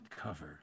cover